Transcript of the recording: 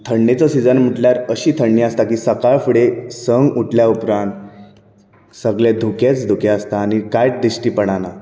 आनी थंडेचो सिझन म्हणल्यार अशी थंडी आसता की सकाळ फुडें संक उठल्या उपरांत सगळें धुकेंच धुकें आसता आनी कांयच दिश्टी पडना